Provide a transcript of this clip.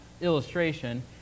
illustration